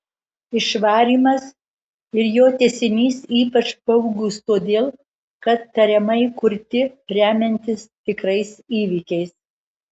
išvarymas ir jo tęsinys ypač baugūs todėl kad tariamai kurti remiantis tikrais įvykiais